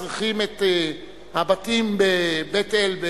צריכים את הבתים בבית-אל,